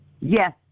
Yes